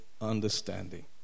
understanding